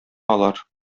алар